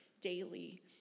daily